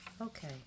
Okay